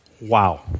Wow